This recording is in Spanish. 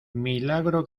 milagro